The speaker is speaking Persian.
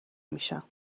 میشم